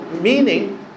Meaning